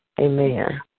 Amen